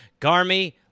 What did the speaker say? Garmy